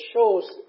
shows